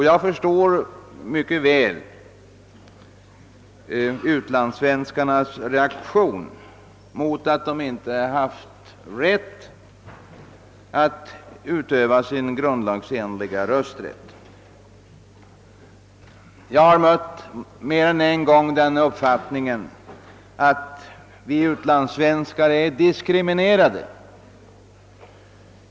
Jag förstår mycket väl utlandssvenskarnas reaktion mot att de inte haft rätt att utöva sin grundlagsenliga rösträtt. Jag har mer än en gång mött den uppfattningen, att utlandssvenskarna är diskriminerade.